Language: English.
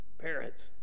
parents